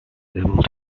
able